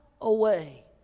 away